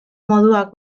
moduak